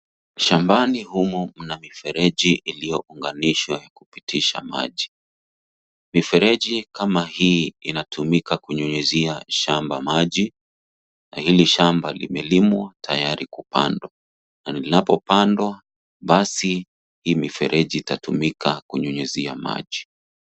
Shambani humu mna mifereji iliyounganishwa kupitisha maji. Mifereji kama hii inatumika kunyunyuzia shamba maji na hili shamba limelimwa tayari kupandwa na linapopandwa, basi hii mifereji itatumika kunyunyuzia maji.